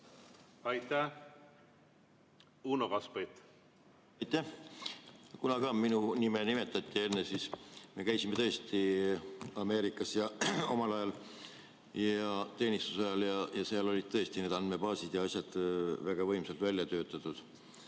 Aitäh! Uno Kaskpeit. Kuna ka minu nime nimetati enne, siis ütlen, et me käisime tõesti Ameerikas omal ajal, teenistuse ajal. Seal olid need andmebaasid ja asjad väga võimsalt välja töötatud.